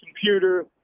computer